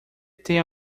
tem